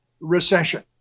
recession